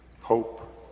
hope